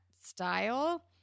style